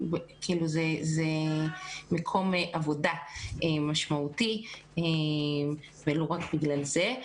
מקם עבודה משמעותי ולו רק בגלל זה.